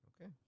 Okay